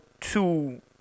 two